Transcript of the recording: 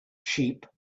sheep